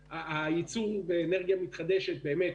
הייצור של אנרגיה מתחדשת באמת